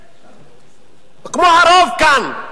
כמו הרוב כאן,